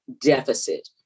deficit